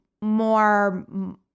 more